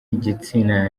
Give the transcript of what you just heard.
igitsina